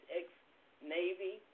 ex-Navy